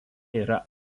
yra